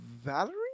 Valerie